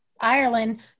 Ireland